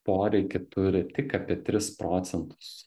poreikį turi tik apie tris procentus